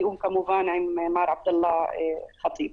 בתיאום כמובן עם מר עבדאללה חטיב.